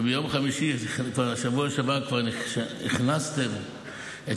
ומיום חמישי בשבוע שעבר כבר הכנסתם את